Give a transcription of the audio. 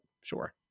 Sure